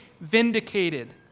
vindicated